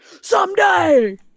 Someday